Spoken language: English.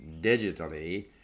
digitally